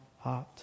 heart